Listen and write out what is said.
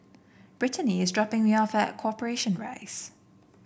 Brittanie is dropping me off at Corporation Rise